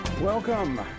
Welcome